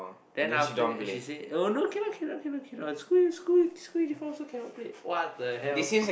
then after that she say oh no cannot cannot cannot cannot school U school U school uniform also cannot play what the hell